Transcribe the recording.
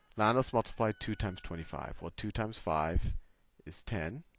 now let's multiply two times twenty five. well, two times five is ten.